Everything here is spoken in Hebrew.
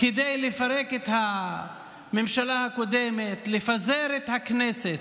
כדי לפרק את הממשלה הקודמת ולפזר את הכנסת.